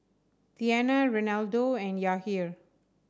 Tiana Reinaldo and Yahir